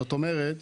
זאת אומרת,